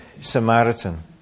Samaritan